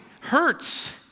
hurts